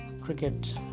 cricket